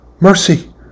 mercy